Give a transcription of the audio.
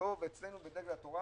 אצלנו בדגל התורה